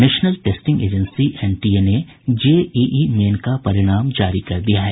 national testing agency NTA ने JEE main का परिणाम जारी कर दिया है